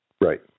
Right